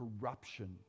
corruption